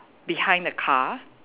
behind the car